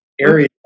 area